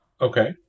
Okay